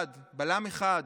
בלם אחד,